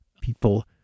people